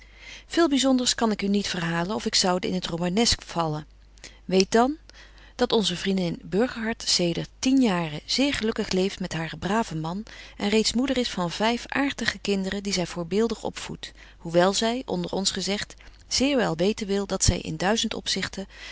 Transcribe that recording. veel byzonders kan ik u niet verhalen of ik zoude in het romanesque vallen weet dan dat onze vriendin burgerhart zedert tien jaren zeer gelukkig leeft met haren braven man en reeds moeder is van vyf aartige kinderen die zy voorbeeldig opvoedt hoewel zy onder ons gezegt zeer wel weten wil dat zy in duizend opzichten